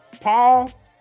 Paul